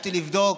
ביקשתי לבדוק,